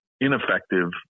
ineffective